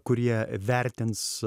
kurie vertins